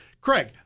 Craig